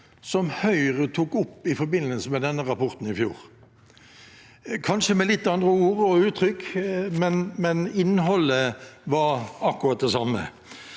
som Høyre tok opp i forbindelse med denne rapporten i fjor, kanskje med litt andre ord og uttrykk, men innholdet var akkurat det samme.